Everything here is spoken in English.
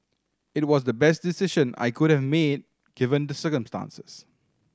it was the best decision I could have made given the circumstances